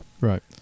Right